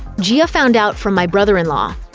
gia ah found out from my brother-in-law,